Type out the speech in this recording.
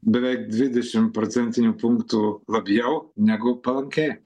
beveik dvidešim procentinių punktų labjau negu palankiai